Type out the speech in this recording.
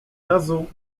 razu